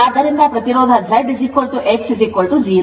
ಆದ್ದರಿಂದ ಪ್ರತಿರೋಧ Z X 0